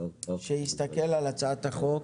הכנסת הסתכל על הצעת החוק.